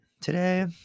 today